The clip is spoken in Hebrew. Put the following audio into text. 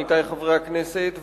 עמיתי חברי הכנסת,